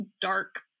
dark